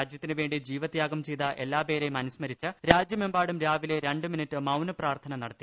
രാജ്യ ത്തിനു വേണ്ടി ജീവത്യാശം ചെയ്ത എല്ലാപേരെയും അനുസ്മരിച്ച് രാജ്യമെമ്പാടും രാവിലെ രണ്ട് മിനിറ്റ് മൌനപ്രാർത്ഥന നടത്തി